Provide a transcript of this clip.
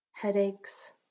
Headaches